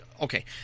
okay